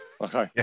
Okay